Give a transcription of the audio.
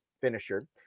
finisher